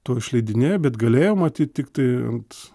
to išleidinėjo bet galėjo matyt tiktai ant